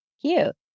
Cute